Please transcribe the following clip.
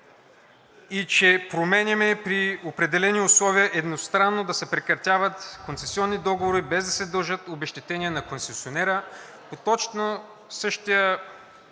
и че променяме – при определени условия едностранно да се прекратяват концесионни договори, без да се дължат обезщетения на концесионера,